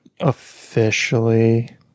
officially